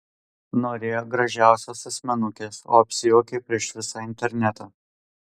norėjo gražiausios asmenukės o apsijuokė prieš visą internetą